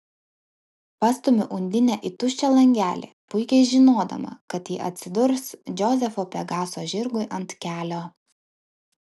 pastumiu undinę į tuščią langelį puikiai žinodama kad ji atsidurs džozefo pegaso žirgui ant kelio